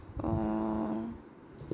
err